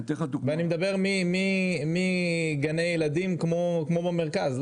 ואני מדבר מגני ילדים כמו במרכז,